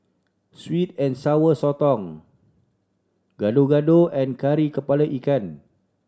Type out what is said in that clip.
sweet and Sour Sotong Gado Gado and Kari Kepala Ikan